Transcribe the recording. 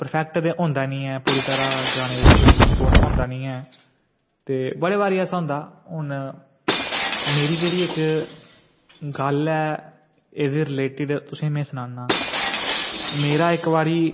perfect ते होंदा निं ऐ पूरी तरह् गाने बिच संपूर्ण होंदा निं ऐ ते बड़ी बारी ऐसा होंदा हून मेरी जेह्ड़ी इक गल्ल ऐ एह्दे रिलेटिड तुसें ई में सनान्नां मेरा इक बारी